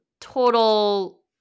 total